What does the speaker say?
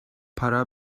para